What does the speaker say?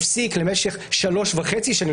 הפסיק למשך שלוש וחצי שנים,